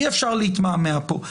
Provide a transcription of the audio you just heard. אי אפשר להתמהמה פה.